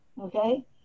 Okay